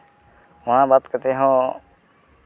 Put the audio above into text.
ᱱᱚᱣᱟ ᱵᱟᱫᱽ ᱠᱟᱛᱮᱜ ᱦᱚᱸ